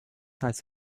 heißt